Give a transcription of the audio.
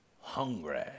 Hungry